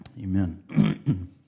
Amen